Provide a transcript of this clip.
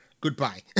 Goodbye